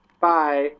Bye